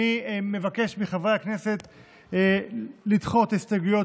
אני מבקש מחברי הכנסת לדחות את הסתייגויות